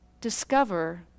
Discover